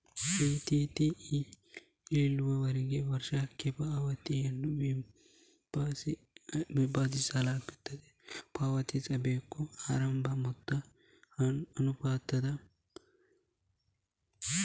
ರಿಯಾಯಿತಿ ಇಳುವರಿಯು ವರ್ಷಕ್ಕೆ ಪಾವತಿಯನ್ನು ವಿಳಂಬಗೊಳಿಸಲು ಪಾವತಿಸಬೇಕಾದ ಆರಂಭಿಕ ಮೊತ್ತದ ಅನುಪಾತದ ಪಾಲಾಗಿದೆ